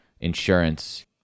insurance